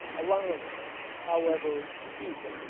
allowing him, however, to eat,